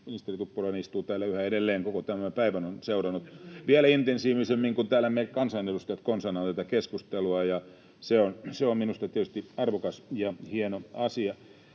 ministeri Tuppurainen istuu täällä yhä edelleen ja koko tämän päivän on seurannut vielä intensiivisemmin kuin täällä me kansanedustajat konsanaan tätä keskustelua, ja se on minusta tietysti arvokas ja hieno asia.